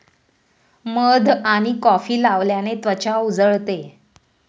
मध आणि कॉफी लावल्याने त्वचा उजळते